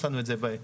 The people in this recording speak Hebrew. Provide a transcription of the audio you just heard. יש לנו את זה בדרום,